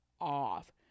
off